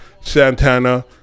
Santana